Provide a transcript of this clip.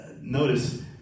notice